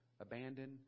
abandoned